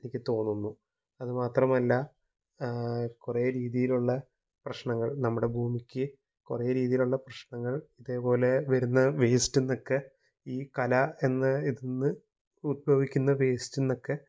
എനിക്ക് തോന്നുന്നു അത് മാത്രമല്ല കുറേ രീതിയിലുള്ള പ്രശ്നങ്ങള് നമ്മുടെ ഭൂമിക്ക് കുറേ രീതിയിലുള്ള പ്രശ്നങ്ങള് ഇതേപോലെ വരുന്ന വേസ്റ്റില്നിന്നൊക്കെ ഈ കല എന്ന ഇതില്നിന്ന് ഉദ്ഭവിക്കുന്ന വേസ്റ്റില്നിന്നൊക്കെ